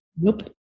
Nope